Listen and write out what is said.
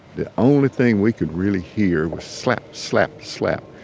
the only thing we could really hear was slap, slap, slap,